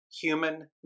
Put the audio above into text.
Human